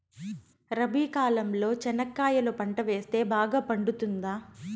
రబి కాలంలో చెనక్కాయలు పంట వేస్తే బాగా పండుతుందా?